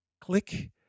click